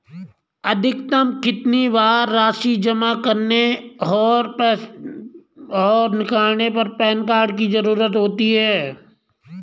अधिकतम कितनी राशि जमा करने और निकालने पर पैन कार्ड की ज़रूरत होती है?